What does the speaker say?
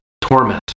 torment